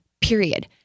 period